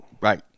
Right